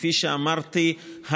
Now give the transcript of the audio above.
כפי שאמרתי,